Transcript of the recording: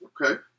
Okay